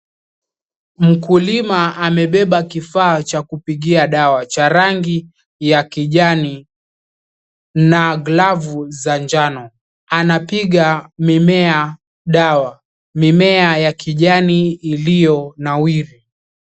Mkulima amebeba kifaa cha kupigia dawa cha rangi ya kijani na glavu za njano, anapiga mimea dawa, mimea ya kijani iliyo nawiri.